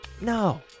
No